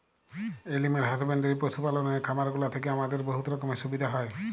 animal husbandry পশু পাললের খামারগুলা থ্যাইকে আমাদের বহুত রকমের সুবিধা হ্যয়